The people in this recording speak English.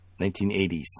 1980s